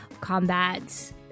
combat